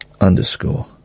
Underscore